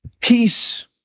Peace